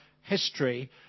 history